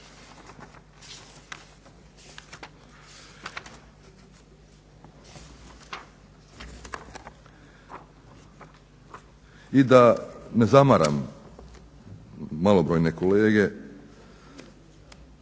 I da ne zamaram malobrojne kolege